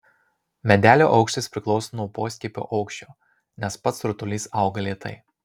medelio aukštis priklauso nuo poskiepio aukščio nes pats rutulys auga lėtai